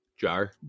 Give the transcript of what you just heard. jar